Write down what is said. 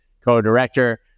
co-director